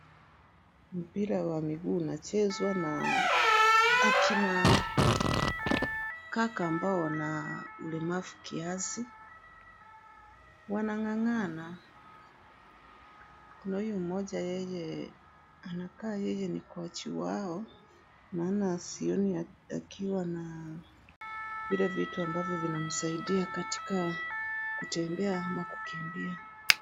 Mpira wa miguu unachezwa na akina kaka ambao wana ulemavu kiasi, wanang'ang'ana. Kuna huyu mmoja, yeye anakaa yeye ni kocha wao, maana sioni akiwa na vile vitu ambavyo vinamsaidia katika kutembea ama kukimbia.